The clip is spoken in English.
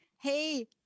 Hey